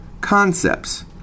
concepts